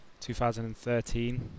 2013